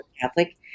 Catholic